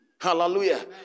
Hallelujah